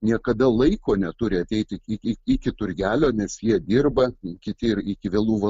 niekada laiko neturi ateiti iki turgelio nes jie dirba kiti ir iki vėlų